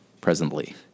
presently